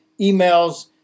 emails